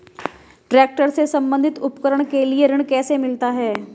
Tractor से संबंधित उपकरण के लिए ऋण कैसे मिलता है?